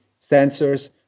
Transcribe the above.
sensors